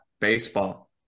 baseball